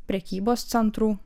prekybos centrų